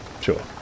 Sure